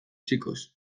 chicos